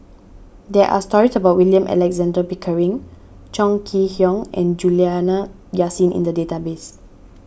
there are stories about William Alexander Pickering Chong Kee Hiong and Juliana Yasin in the database